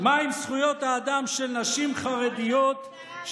מה עם זכויות האדם של נשים חרדיות שמעוניינות